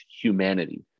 humanity